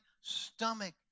stomach